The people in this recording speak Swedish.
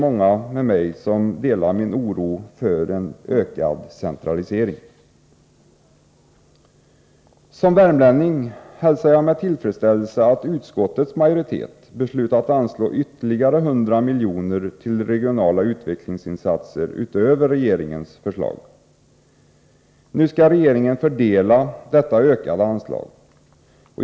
Många delar min oro för en ökad centralisering. Såsom värmlänning hälsar jag med tillfredsställelse att utskottets majoritet har beslutat anslå ytterligare 100 milj.kr. till regionala utvecklingsinsatser utöver regeringens förslag. Nu skall regeringen fördela detta ökade anslag.